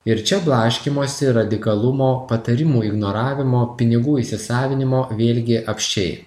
ir čia blaškymosi radikalumo patarimų ignoravimo pinigų įsisavinimo vėlgi apsčiai